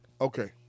Okay